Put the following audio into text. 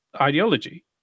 ideology